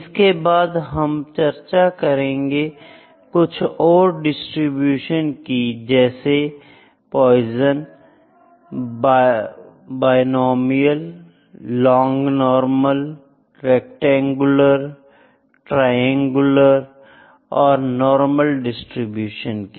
इसके बाद हम चर्चा करेंगे कुछ ओर डिस्ट्रीब्यूशन की जैसे Poisson binomial lognormal rectangular triangular और नॉर्मल डिस्ट्रीब्यूशन की